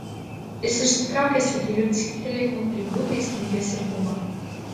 jis išsitraukė su tyliu cyptelėjimu lyg būtų įsmigęs į gumą